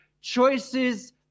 Choices